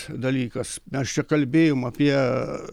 dalykas mes čia kalbėjom apie